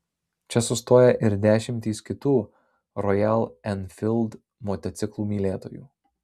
čia sustoja ir dešimtys kitų rojal enfild motociklų mylėtojų